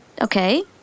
okay